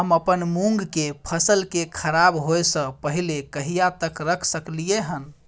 हम अपन मूंग के फसल के खराब होय स पहिले कहिया तक रख सकलिए हन?